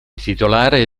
titolare